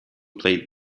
played